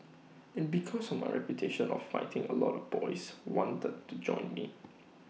and because of my reputation of fighting A lot of boys wanted to join me